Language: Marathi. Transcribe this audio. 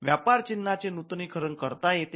व्यापार चिन्हा चे नूतनीकरण करता येते